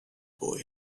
boy